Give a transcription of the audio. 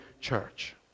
church